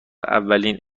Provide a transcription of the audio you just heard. اولین